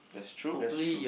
that's true that's true